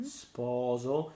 sposo